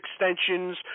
extensions